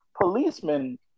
Policemen